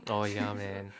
oh ya man